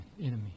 enemy